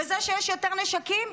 וזה שיש יותר נשקים,